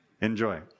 Enjoy